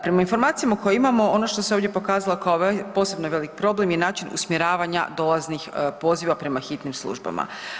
Prema informacijama koje imamo, ono što se ovdje pokazalo kao posebno velik problem je način usmjeravanja dolaznih poziva prema hitnim službama.